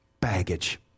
Baggage